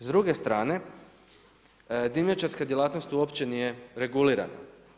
S druge strane, dimnjačarska djelatnost uopće nije regulirana.